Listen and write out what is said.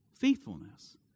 faithfulness